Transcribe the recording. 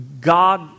God